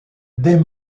des